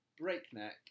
breakneck